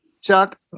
Chuck